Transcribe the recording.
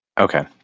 Okay